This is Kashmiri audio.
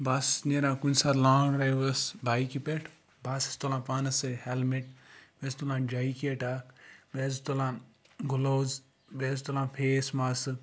بہٕ حظ چھُس نیران کُنہِ ساتہٕ لانٛگ ڈرٛایوَس بایِکہِ پٮ۪ٹھ بہٕ حظ چھُس تُلان پانَس سۭتۍ ہیٚلمِٹ بیٚیہِ حظ تُلان جیکٮ۪ٹ اَکھ بیٚیہِ حظ تُلان گُلووُز بیٚیہِ حظ تُلان فیس ماسٕک